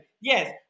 yes